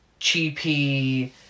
cheapy